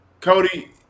Cody